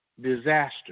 disaster